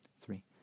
three